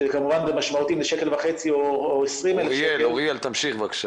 שכמובן זה משמעותי אם זה שקל וחצי או 20,000 שקל --- תמשיך בבקשה.